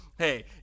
hey